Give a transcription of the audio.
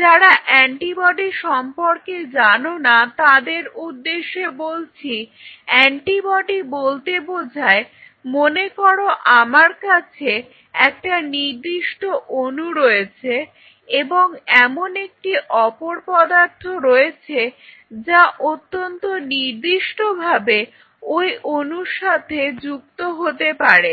যারা অ্যান্টিবডি সম্পর্কে জানো না তাদের উদ্দেশ্যে বলছি অ্যান্টিবডি বলতে বোঝায় মনে করো আমার কাছে একটা নির্দিষ্ট অনু রয়েছে এবং এমন একটি অপর পদার্থ রয়েছে যা অত্যন্ত নির্দিষ্টভাবে ঐ অনুটির সাথে যুক্ত হতে পারে